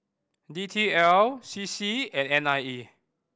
D T L C C and N I E